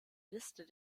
liste